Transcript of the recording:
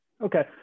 Okay